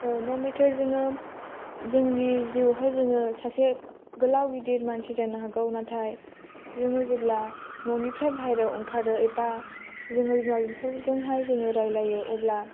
न मेटार जोङो जोंनि जिउआव हाय जोङो सासे गोलाव गिदिर मानसि जानो हागौ नाथाय जोङो जेब्ला न' निफ्राय बायह्रायाव ओंखारो एबा जोङो बिमा बिफाफोरजों हाय जोङो रायज्लायो अब्ला